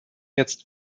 jetzt